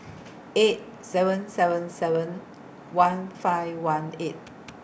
eight seven seven seven one five one eight